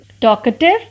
Talkative